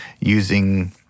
using